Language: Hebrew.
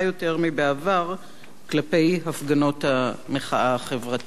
יותר מבעבר כלפי הפגנות המחאה החברתית?